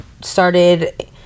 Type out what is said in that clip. started